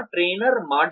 trainer model